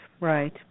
Right